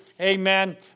Amen